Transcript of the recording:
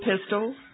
Pistol